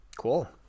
Cool